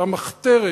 במחתרת